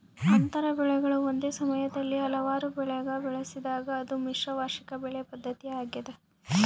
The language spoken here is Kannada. ಅಂತರ ಬೆಳೆಗಳು ಒಂದೇ ಸಮಯದಲ್ಲಿ ಹಲವಾರು ಬೆಳೆಗ ಬೆಳೆಸಿದಾಗ ಅದು ಮಿಶ್ರ ವಾರ್ಷಿಕ ಬೆಳೆ ಪದ್ಧತಿ ಆಗ್ಯದ